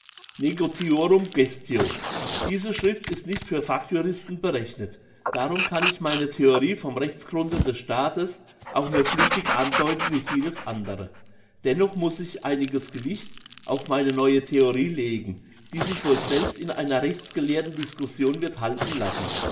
diese schrift ist nicht für fachjuristen berechnet darum kann ich meine theorie vom rechtsgrunde des staates auch nur flüchtig andeuten wie vieles andere dennoch muss ich einiges gewicht auf meine neue theorie legen die sich wohl selbst in einer rechtsgelehrten discussion wird halten lassen